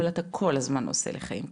אבל אתה כל הזמן עושה לי חיים קשים,